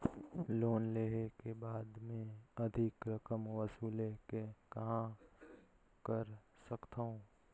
Loan लेहे के बाद मे अधिक रकम वसूले के कहां कर सकथव?